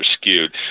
skewed